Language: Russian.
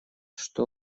что